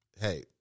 hey